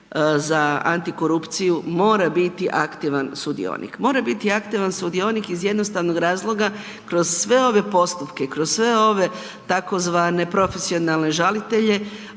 za Anti korupciju mora biti aktivan sudionik, mora biti aktivan sudionik iz jednostavnog razloga, kroz sve ove postupke, kroz sve ove tzv. profesionalne žalitelje